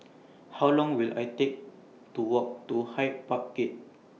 How Long Will I Take to Walk to Hyde Park Gate